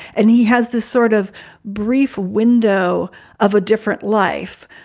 and he has this sort of brief window of a different life.